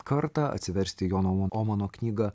kartą atsiversti jono omano knygą